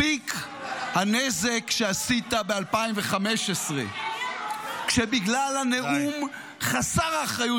מספיק הנזק שעשית ב-2015 ------- כשבגלל הנאום חסר האחריות